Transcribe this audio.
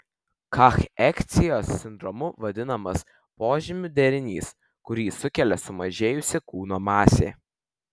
kacheksijos sindromu vadinamas požymių derinys kurį sukelia sumažėjusi kūno masė